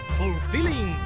fulfilling